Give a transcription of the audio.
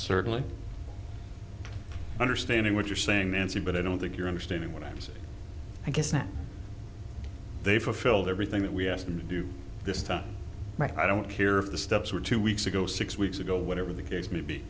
certainly understanding what you're saying nancy but i don't think you're understanding what i'm saying i guess that they fulfilled everything that we asked them to do this time i don't care if the steps were two weeks ago six weeks ago whatever the case may be